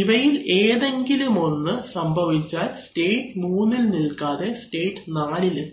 ഇവയിൽ ഏതെങ്കിലുമൊന്ന് സംഭവിച്ചാൽ സ്റ്റേറ്റ് 3ഇൽ നിൽക്കാതെ സ്റ്റേറ്റ് 4 ഇൽ എത്തും